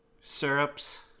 syrups